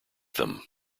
them